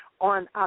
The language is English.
on